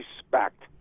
respect